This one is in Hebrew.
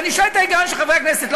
אני שואל את ההיגיון של חברי הכנסת,